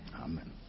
Amen